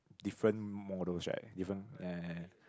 different models right different ya ya ya